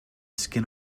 skin